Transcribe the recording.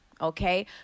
okay